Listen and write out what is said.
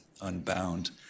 Unbound